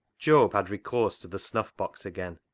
job had recourse to the snuff-box again,